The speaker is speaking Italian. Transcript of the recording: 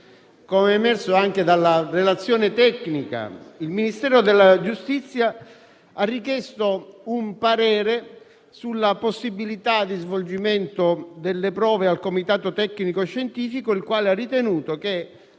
Com'è emerso anche dalla relazione tecnica, il Ministero della giustizia ha richiesto un parere sulla possibilità di svolgimento delle prove al Comitato tecnico-scientifico, il quale ha ritenuto che,